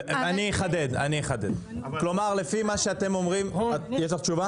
--- אחדד: לפי מה שאתם אומרים יש לך תשובה?